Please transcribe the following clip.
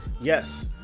Yes